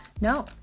No